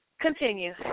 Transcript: Continue